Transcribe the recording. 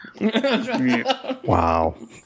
Wow